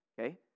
okay